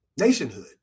nationhood